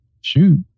shoot